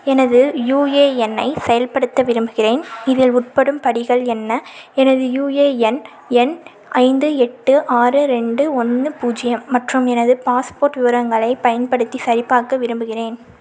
எனது யுஏஎன் ஐ சரிப்படுத்த விரும்புகின்றேன் இதில் உட்படும் படிகள் என்ன எனது யுஏஎன் எண் ஐந்து எட்டு ஆறு ரெண்டு ஒன்று பூஜ்யம் மற்றும் எனது பாஸ்போர்ட் விவரங்களை பயன்படுத்தி சரிபார்க்க விரும்புகின்றேன்